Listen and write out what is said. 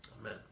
Amen